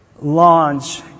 launch